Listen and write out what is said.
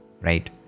right